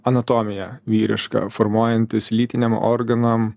anatomija vyriška formuojantis lytiniam organam